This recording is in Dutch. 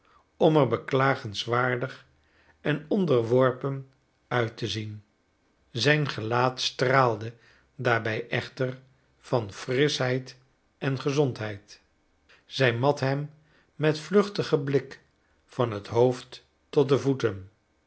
om er beklagenswaardig en onderworpen uit te zien zijn gelaat straalde daarbij echter van frischheid en gezondheid zij mat hem met vluchtigen blik van het hoofd tot de voeten